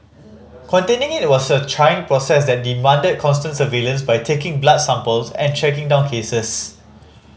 containing it was a trying process that demanded constant surveillance by taking blood samples and tracking down cases